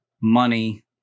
money